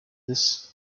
this